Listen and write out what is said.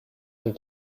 and